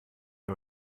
ihr